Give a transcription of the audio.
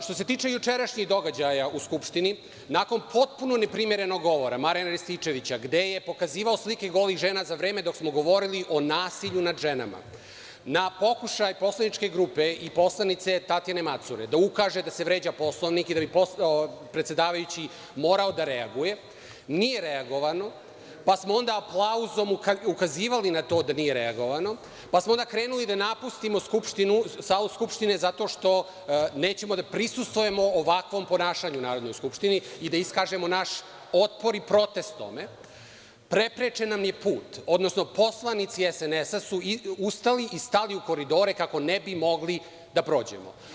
Što se tiče jučerašnjih događaja u Skupštini, nakon potpuno neprimerenog govora Marijana Rističevića, gde je pokazivao slike golih žena dok smo govorili o nasilju nad ženama, na pokušaj Poslaničke grupe i poslanika Tatjane Macure da ukaže da se vređa Poslovnik i da bi predsedavajući morao da reaguje, nije reagovano, pa smo onda aplauzom ukazivali na to da nije reagovano, pa smo onda krenuli da napustimo salu Skupštine, zato što nećemo da prisustvujemo ovakvom ponašanju u Narodnoj skupštini i da iskažemo naš otpor i protest ovde, preprečen nam je put, odnosno poslanici SNS su ustali i stali u koridore, kako ne bi mogli da prođemo.